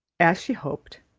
as she hoped,